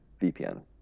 VPN